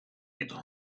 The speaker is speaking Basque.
ditu